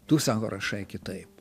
tu sau rašai kitaip